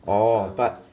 orh but